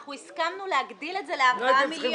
אנחנו הסכמנו להגדיל את זה ל-4 מיליון.